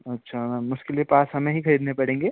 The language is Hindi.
अच्छा मैम उसके लिए पास हमें ही खरीदने पड़ेंगे